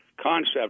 concept